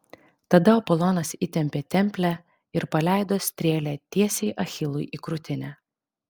tada apolonas įtempė templę ir paleido strėlę tiesiai achilui į krūtinę